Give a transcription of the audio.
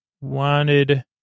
wanted